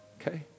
Okay